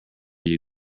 you